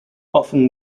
often